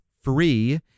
free